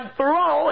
throw